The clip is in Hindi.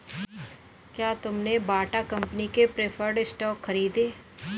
क्या तुमने बाटा कंपनी के प्रिफर्ड स्टॉक खरीदे?